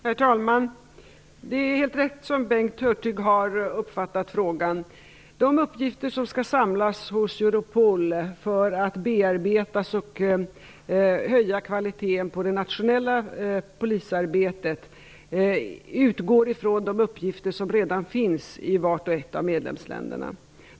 Herr talman! Det är helt rätt som Bengt Hurtig har uppfattat frågan. De uppgifter som skall samlas hos Europol för att bearbetas och höja kvaliteten på det nationella polisarbetet utgår ifrån de uppgifter som redan finns i vart och ett av medlemsländerna.